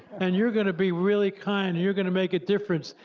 and you're gonna be really kind and you're gonna make a difference,